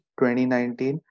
2019